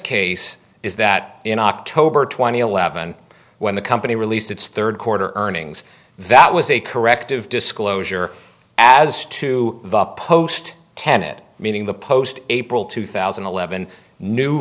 case is that in october two thousand and eleven when the company released its third quarter earnings that was a corrective disclosure as to the post tenet meaning the post april two thousand and eleven new